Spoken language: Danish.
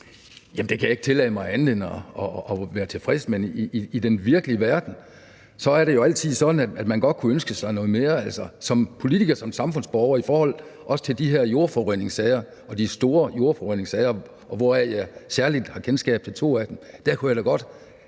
(S): Det kan jeg ikke tillade mig andet end at være tilfreds med, men i den virkelige verden er det jo altid sådan, at man godt kunne ønske sig noget mere. Som politiker og som samfundsborger kunne jeg da i forhold til de her jordforureningssager og de store jordforureningssager, hvor jeg særlig har kendskab til to af dem, godt